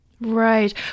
Right